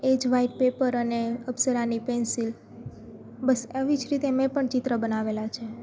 એજ white paper અને અપ્સરાની pencil બસ એવી જ રીતે મેં પણ ચિત્ર બનાવેલા છે